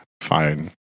fine